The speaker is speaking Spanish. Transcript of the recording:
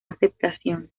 aceptación